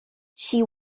she